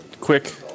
quick